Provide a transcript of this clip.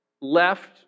Left